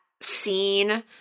scene